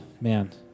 man